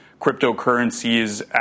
cryptocurrencies